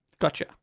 Gotcha